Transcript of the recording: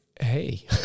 hey